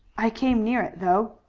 i came near it, though,